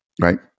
right